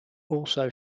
also